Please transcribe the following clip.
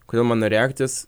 kodėl mano reakcijos